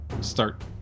Start